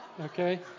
okay